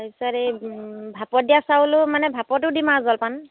তাৰপিছত এই ভাপত দিয়া চাউলো মানে ভাপতো দিম আৰু জলপান